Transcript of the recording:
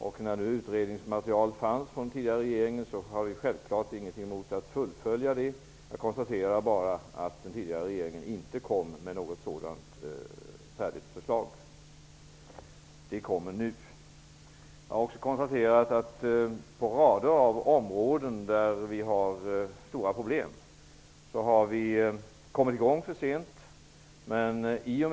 När det nu fanns utredningsmaterial från den tidigare regeringen hade vi självfallet ingenting emot att fullfölja det. Jag konstaterar bara att den tidigare regeringen inte kom med något färdigt förslag. Det kommer nu. Jag har också konstaterat att vi har kommit i gång för sent på rader av områden där vi har stora problem.